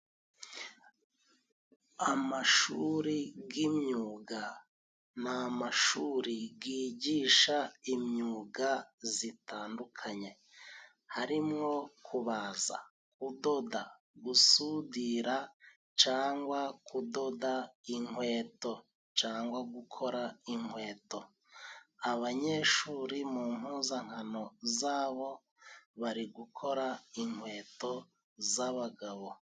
Amashuri y'imyuga. Ni amashuri yigisha imyuga itandukanye harimo kubaza, kudoda, gusudira cyangwa kudoda inkweto, cyangwa gukora inkweto. Abanyeshuri mu mpuzankano zabo bari gukora inkweto z'abagabo.